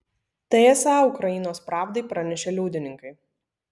tai esą ukrainos pravdai pranešė liudininkai